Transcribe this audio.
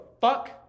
fuck